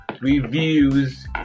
Reviews